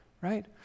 right